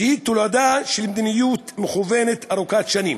שהיא תולדה של מדיניות מכוונת ארוכת שנים.